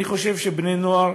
אני חושב שבני-נוער